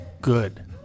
good